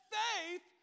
faith